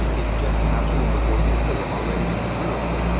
it's just capturing the voices that are already in the room.